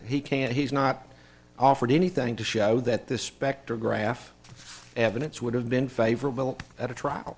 he can't he's not offered anything to show that this spectrograph evidence would have been favorable at a trial